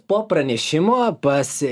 po pranešimo pasi